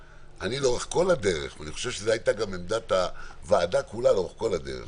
אני חושב שזאת גם הייתה עמדת הוועדה כולה לאורך כל הדרך,